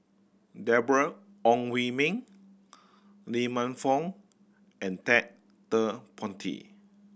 Deborah Ong Hui Min Lee Man Fong and Ted De Ponti